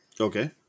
Okay